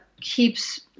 keeps